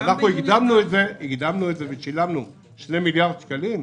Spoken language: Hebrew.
הקדמנו את זה ושילמנו 2 מיליארד שקלים,